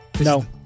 No